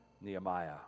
Nehemiah